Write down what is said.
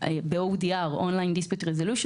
ב-ODR - Online Dispute Resolution,